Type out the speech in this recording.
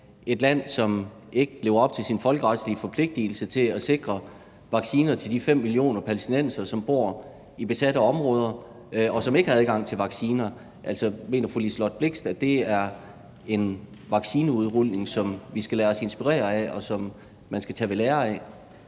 et land, som ikke lever op til sine folkeretlige forpligtelser til at sikre vacciner til de 5 millioner palæstinensere, som bor i de besatte områder, og som ikke har adgang til vacciner. Mener fru Liselott Blixt, at det er en vaccineudrulning, som vi skal lade os inspirere af, og som man skal tage ved lære af?